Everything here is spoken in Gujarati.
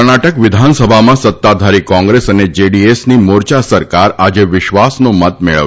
કર્ણાટક વિધાનસભામાં સત્તાધારી કોંગ્રેસ અને જેડી એસની મોરચા સરકાર આજે વિશ્વાસનો મત મેળવશે